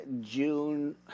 June